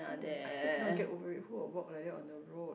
I still cannot get over it who will walk like that on the road